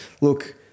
look